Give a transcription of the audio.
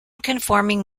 conforming